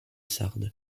sarde